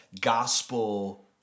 gospel